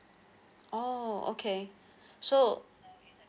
oh okay so